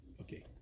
Okay